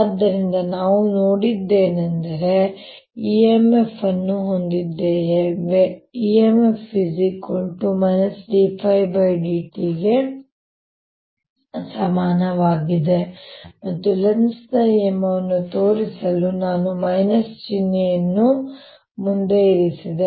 ಆದ್ದರಿಂದ ನಾವು ನೋಡಿದ್ದೇನೆಂದರೆ ನಾವು e m f ಅನ್ನು ಹೊಂದಿದ್ದೇವೆ ಅದು EMF dϕdt ಗೆ ಸಮನಾಗಿರುತ್ತದೆ ಮತ್ತು ಲೆನ್ಜ್ ನ ನಿಯಮವನ್ನು ತೋರಿಸಲು ನಾನು ಚಿಹ್ನೆಯನ್ನು ಮುಂದೆ ಇರಿಸಿದೆ